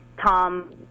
Tom